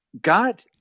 God